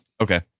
Okay